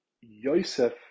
Yosef